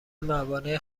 موانع